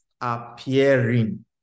appearing